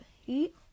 Heat